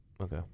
Okay